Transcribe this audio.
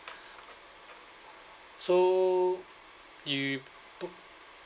so you book